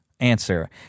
Answer